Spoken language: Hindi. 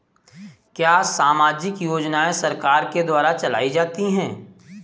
क्या सामाजिक योजनाएँ सरकार के द्वारा चलाई जाती हैं?